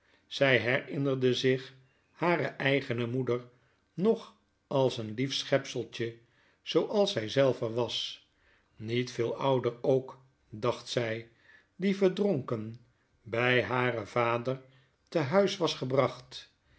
zy herinnerde zich hare eigene moeder nog als een lief schepseltje zooals zy zelve was niet veel ouder ook dacht zy die verdronken by haren vader te huis was gebracht